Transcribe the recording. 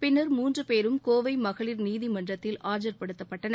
பின்னர் மூன்று பேரும் கோவை மகளிர் நீதிமன்றத்தில் ஆஜர்ப்படுத்தப்பட்டனர்